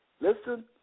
listen